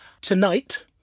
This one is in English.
tonight